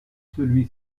celui